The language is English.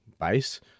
base